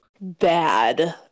bad